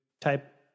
type